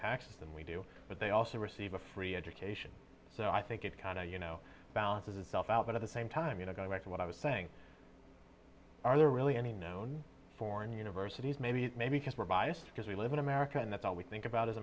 taxes than we do but they also receive a free education so i think it's kind of you know balances itself out but at the same time you know going back to what i was saying are there really any noun foreign universities maybe maybe because we're biased because we live in america and that's all we think about is